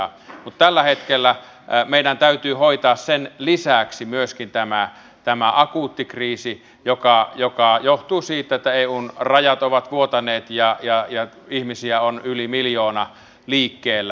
mutta tällä hetkellä meidän täytyy hoitaa sen lisäksi myöskin tämä akuutti kriisi joka johtuu siitä että eun rajat ovat vuotaneet ja ihmisiä on yli miljoona liikkeellä